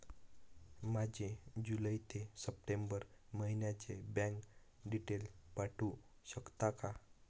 माझे जुलै ते सप्टेंबर महिन्याचे बँक डिटेल्स पाठवू शकता का?